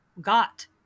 got